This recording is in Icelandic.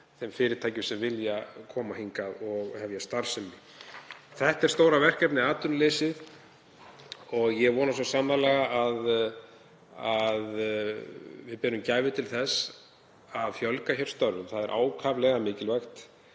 þeim fyrirtækjum sem vilja koma hingað og hefja starfsemi. Þetta er stóra verkefnið, atvinnuleysið, og ég vona svo sannarlega að við berum gæfu til þess að fjölga hér störfum. Það er ákaflega mikilvægt.